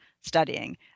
studying